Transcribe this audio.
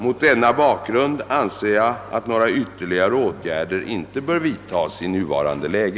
Mot denna bakgrund anser jag att några ytterligare åtgärder inte bör vidtagas i nuvarande läge.